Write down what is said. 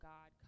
God